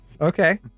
Okay